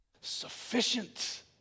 Sufficient